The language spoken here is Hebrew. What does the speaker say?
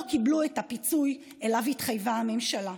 קיבלו את הפיצוי שאליו התחייבה הממשלה.